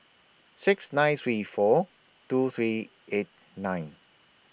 six nine three four two three eight nine